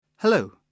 Hello